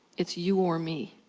it's you or me.